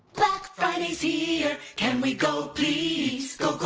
black friday's here can we go please? go,